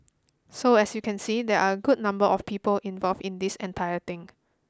so as you can see there are good number of people involved in this entire thing